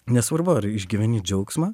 nesvarbu ar išgyveni džiaugsmą